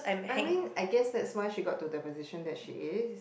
I mean I guess that's why she got to the position that she is